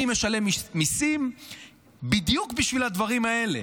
אני משלם מיסים בדיוק בשביל הדברים האלה.